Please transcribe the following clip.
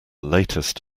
latest